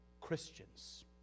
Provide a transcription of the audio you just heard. Christians